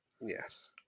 Yes